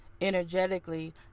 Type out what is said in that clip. energetically